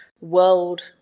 world